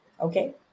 Okay